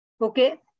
okay